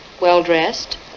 well-dressed